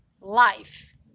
life